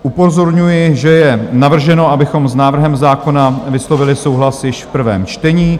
Upozorňuji, že je navrženo, abychom s návrhem zákona vyslovili souhlas již v prvém čtení.